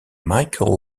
michael